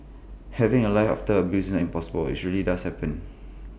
having A life after abuse isn't impossible it's really does happen